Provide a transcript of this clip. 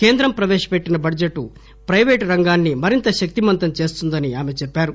కేంద్రం ప్రవేశపెట్టిన budget private రంగాన్ని శక్తిమంతం చేస్తుందని ఆమె చెప్పారు